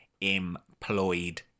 employed